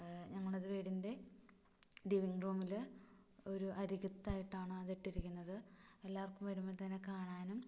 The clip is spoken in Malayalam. നമ്മളത് വീടിൻ്റെ ലിവിംഗ് റൂമിൽ ഒരു അരികത്തായിട്ടാണ് അതിട്ടിരിക്കുന്നത് എല്ലാവർക്കും വരുമ്പോൾ തന്നെ കാണാനും